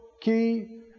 Key